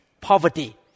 poverty